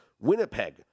Winnipeg